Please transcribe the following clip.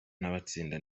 bagatsinda